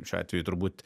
šiuo atveju turbūt